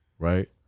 Right